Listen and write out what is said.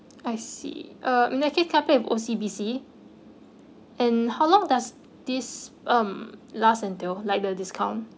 I see uh in that case can I pay with O_C_B_C and how long does this um last until like the discount